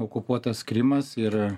okupuotas krymas ir